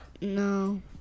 No